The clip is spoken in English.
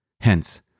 Hence